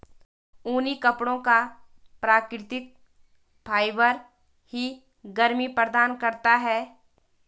ऊनी कपड़ों का प्राकृतिक फाइबर ही गर्मी प्रदान करता है